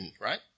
right